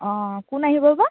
অ' কোন আহিব বা